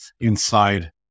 inside